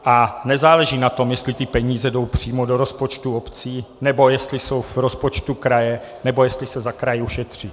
A nezáleží na tom, jestli ty peníze jsou přímo do rozpočtu obcí, nebo jestli jsou v rozpočtu kraje, nebo jestli se za kraj ušetří.